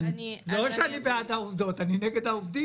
לא שאני בעד העובדות, אני נגד העובדים...